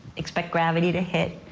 expect gravity to hit.